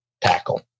tackle